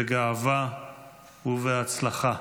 בגאווה ובהצלחה.